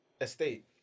estate